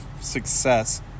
success